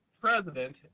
President